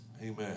Amen